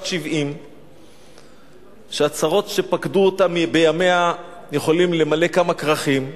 70 שהצרות שפקדו אותה בימיה יכולים למלא כמה כרכים.